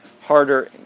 harder